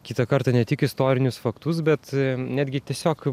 kitą kartą ne tik istorinius faktus bet netgi tiesiog